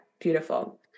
Beautiful